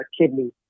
kidney